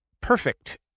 perfect